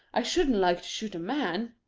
i shouldn't like to shoot a man.